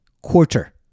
quarter